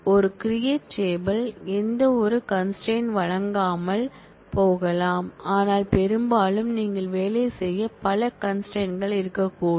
ஒரு create table எந்தவொரு constraint வழங்காமல் போகலாம் ஆனால் பெரும்பாலும் நீங்கள் வேலை செய்ய பல கன்ஸ்ட்ரெயின்இருக்கும்